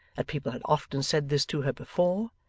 that people had often said this to her before,